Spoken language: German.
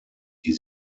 die